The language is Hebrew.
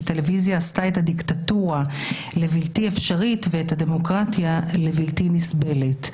הטלוויזיה עשתה את הדיקטטורה לבלתי אפשרית ואת הדמוקרטיה לבלתי נסבלת.